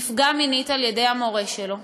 הוא נפגע מינית על-ידי המורה שלו,